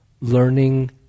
learning